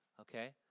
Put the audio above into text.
Okay